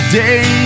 day